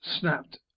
snapped